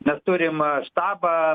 mes turim štabą